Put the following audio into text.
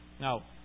Now